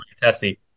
Tessie